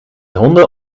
honden